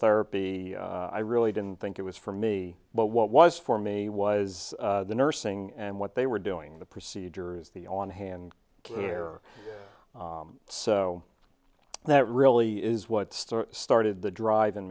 therapy i really didn't think it was for me but what was for me was the nursing and what they were doing the procedure is the on hand here so that really is what started the dr